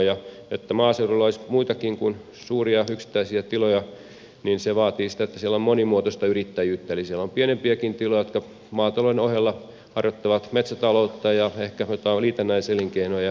jotta maaseudulla olisi muitakin kuin suuria yksittäisiä tiloja niin se vaatii sitä että siellä on monimuotoista yrittäjyyttä eli siellä on pienempiäkin tiloja jotka maatalouden ohella harjoittavat metsätaloutta ja ehkä hoitavat liitännäiselinkeinoja